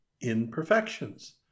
imperfections